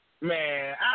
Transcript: Man